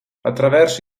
attraverso